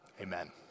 amen